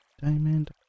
Diamond